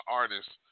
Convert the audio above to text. artists